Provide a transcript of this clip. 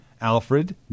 Alfred